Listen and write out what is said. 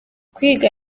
kwiga